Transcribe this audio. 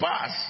pass